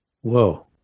whoa